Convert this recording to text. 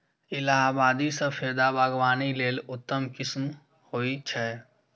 इलाहाबादी सफेदा बागवानी लेल उत्तम किस्म होइ छै